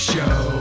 Show